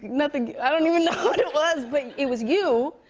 nothing i don't even know what it was, but it was you,